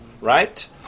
Right